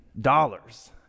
dollars